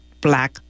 Black